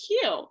cute